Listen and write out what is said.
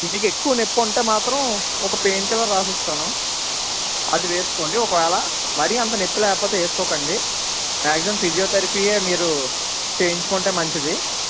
మీకు ఎక్కువ నొప్పి ఉంటే మాత్రం ఒక పెయిన్కిల్లర్ రాసిస్తాను అది వేసుకోండి ఒకవేళ మరి అంత నొప్పి లేకపోతే వేసుకోకండి మ్యాక్సిమం ఫిజియోథెరపీయే మీరు చేయించుకుంటే మంచిది